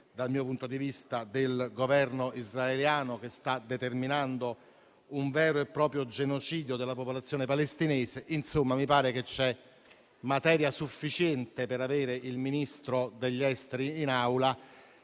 dal mio punto di vista, del Governo israeliano, che sta determinando un vero e proprio genocidio della popolazione palestinese. In conclusione, mi pare vi sia materia sufficiente per avere il Ministro degli affari esteri in Aula,